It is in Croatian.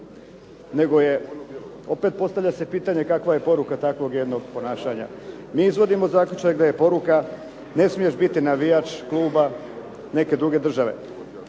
nego je opet postavlja se pitanje, kakva je poruka takvog jednog ponašanja. Mi izvodimo zaključak da je poruka, ne smiješ biti navijač kluba neke druge države.